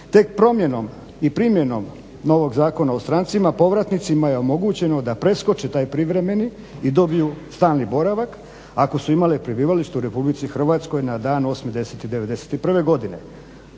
Tek promjenom i primjenom novog Zakona o strancima, povratnicima je omogućeno da preskoče taj privremeni i dobiju stalni boravak, ako su imale prebivalište u RH na dan 8.10.1991. godine.